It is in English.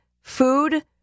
food